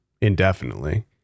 indefinitely